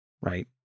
right